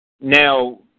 Now